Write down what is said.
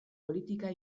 politika